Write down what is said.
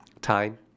Time